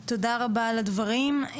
תודה רבה על הדברים.